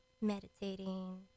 meditating